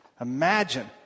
Imagine